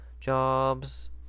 jobs